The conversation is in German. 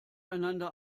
einander